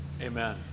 Amen